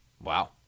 Wow